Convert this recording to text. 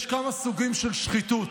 יש כמה סוגים של שחיתות,